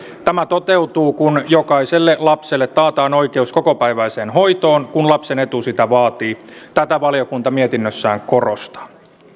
tämä toteutuu kun jokaiselle lapselle taataan oikeus kokopäiväiseen hoitoon kun lapsen etu sitä vaatii tätä valiokunta mietinnössään korostaa